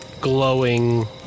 glowing